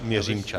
Měřím čas.